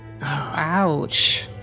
Ouch